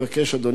אדוני השר,